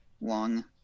long